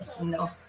No